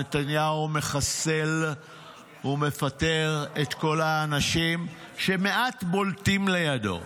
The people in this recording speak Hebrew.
נתניהו מחסל ומפטר את כל האנשים שמעט בולטים לידו.